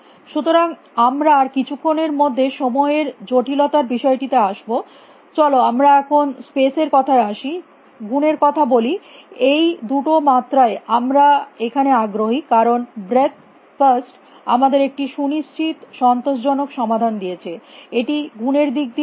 সুতরাং আমরা আর কিছুক্ষণের মধ্যে সময়ের জটিলতার বিষয়টিতে আসব চলো আমরা এখন স্পেস এর কথায় আসি গুণের কথা বলি এই দুটো মাত্রায় আমরা এখানে আগ্রহী কারণ ব্রেথ ফার্স্ট আমাদের একটি সুনিশ্চিত সন্তোষজনক সমাধান দিয়েছে এটি গুণের দিক দিয়ে ভালো